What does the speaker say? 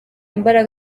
imbaraga